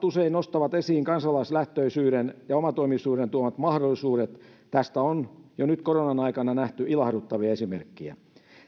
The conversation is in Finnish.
usein nostavat esiin kansalaislähtöisyyden ja omatoimisuuden tuomat mahdollisuudet tästä on jo nyt koronan aikana nähty ilahduttavia esimerkkejä